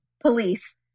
Police